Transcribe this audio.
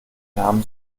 nahm